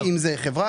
אם זה חברה.